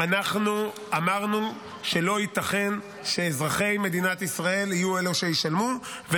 אנחנו אמרנו שלא ייתכן שאזרחי מדינת ישראל יהיו אלה שישלמו.